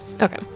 okay